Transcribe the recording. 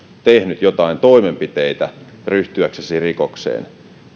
tehnyt joitain toimenpiteitä ryhtyäksesi rikokseen